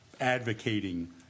advocating